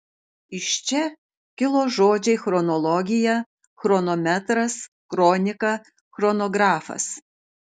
iš čia kilo žodžiai chronologija chronometras kronika chronografas